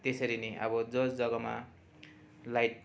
त्यसरी नै अब यस जगामा लाइट